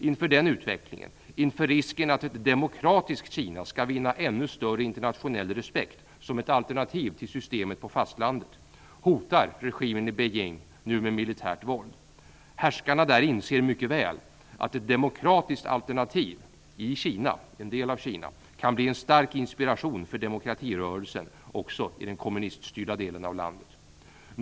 Inför den utvecklingen - inför risken att ett demokratiskt Kina skall vinna ännu större internationell respekt som ett alternativ till systemet på fastlandet - hotar regimen i Beijing nu med militärt våld. Härskarna där inser mycket väl att ett demokratiskt alternativ i en del av Kina kan bli en stark inspiration för demokratirörelsen också i den kommuniststyrda delen av landet.